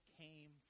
came